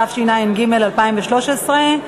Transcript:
התשע"ג 2013,